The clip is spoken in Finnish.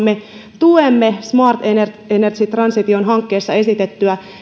me tuemme smart energy energy transition hankkeessa esitettyä